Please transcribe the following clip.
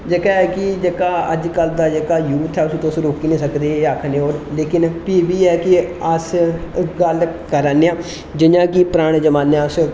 जेहका है कि जेह्का अजकल दा जेह्का यूथ ऐ उसी तुस रोकी नेईं सकदे ओ फ्ही बी ऐ कि अस गल्ल करा ने जि'यां कि पराने जमानें अस